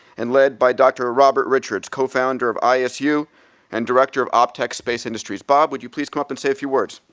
and led by dr. robert richards, co-founder of isu and director of optech space industries. bob, would you please come up and say a few words?